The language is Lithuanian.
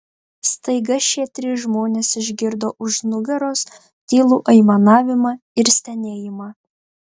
staiga šie trys žmonės išgirdo už nugaros tylų aimanavimą ir stenėjimą